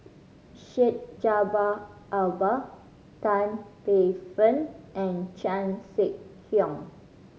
Syed Jaafar Albar Tan Paey Fern and Chan Sek Keong